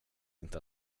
inte